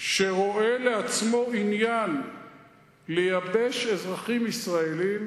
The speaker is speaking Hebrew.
שרואה לעצמו עניין לייבש אזרחים ישראלים,